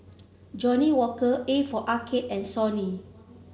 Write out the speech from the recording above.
Johnnie Walker A for Arcade and Sony